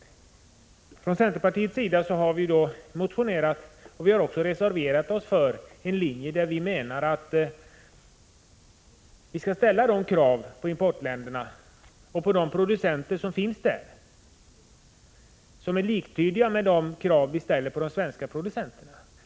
Från centerpartiets sida har vi motionerat om och reserverat oss för en linje, där vi menar att vi skall ställa samma krav på importländerna och deras producenter som vi ställer på de svenska tillverkarna.